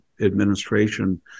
administration